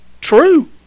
True